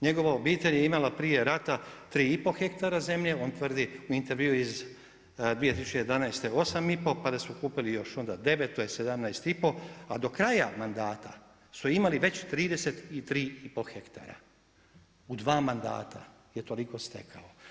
Njegova obitelj je imala prije rata 3 i pol hektara zemlje, on tvrdi na intervju iz 2011. 8 i pol, pa da su kupili još onda 9, to je 17 i po, a do kraja mandata su imali već 33 i pol hektara, u dva mandata je toliko stekao.